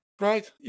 Right